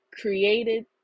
created